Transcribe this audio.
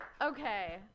Okay